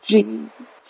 Jesus